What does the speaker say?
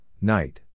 night